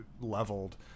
leveled